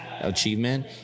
achievement